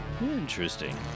Interesting